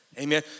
Amen